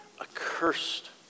accursed